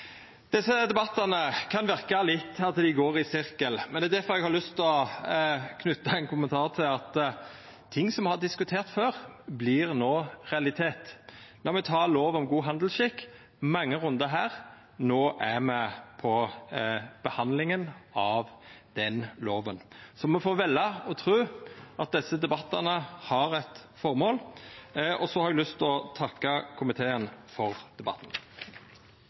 Desse debattane kan verka å gå i sirkel, men det er difor eg har lyst til å knyta ein kommentar til at ting som har vore diskuterte før, no vert realitetar. Lat meg ta lov om god handelsskikk. Det har vore mange rundar her – no er me på behandlinga av den lova. Så me får velja å tru at desse debattane har eit føremål. Eg har lyst til å takka komiteen for debatten.